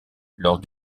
lors